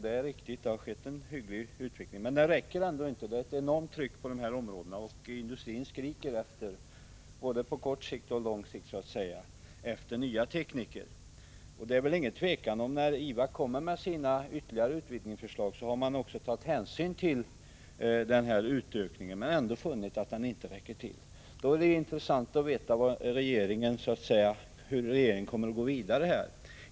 Det är riktigt att det skett en hygglig utveckling, men den räcker inte. Det är ett enormt tryck på dessa områden. Industrin skriker så att säga efter nya tekniker — både på kort och på lång sikt. När IVA kom med sina ytterligare utvidgningsförslag hade man tagit hänsyn till den ökning som redovisas i svaret men funnit att den inte räcker till. Det skulle vara intressant att få veta hur regeringen kommer att gå vidare.